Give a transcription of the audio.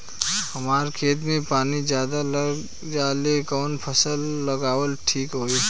हमरा खेत में पानी ज्यादा लग जाले कवन फसल लगावल ठीक होई?